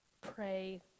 pray